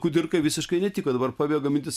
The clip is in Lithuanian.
kudirkai visiškai netiko dabar pabėgo mintis